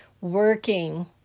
working